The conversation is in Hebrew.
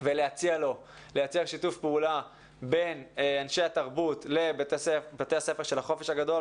ולהציע לו לייצר שיתוף פעולה בין אנשי התרבות לבתי הספר של החופש הגדול.